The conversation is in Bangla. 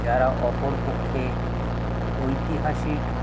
যারা ওপর পক্ষে ঐতিহাসিক